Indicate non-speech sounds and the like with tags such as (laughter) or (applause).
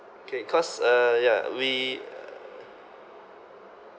K cause uh ya we (noise)